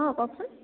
অঁ কওকচোন